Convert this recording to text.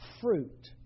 fruit